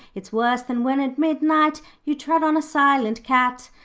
it's worse than when at midnight you tread on a silent cat,